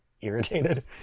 irritated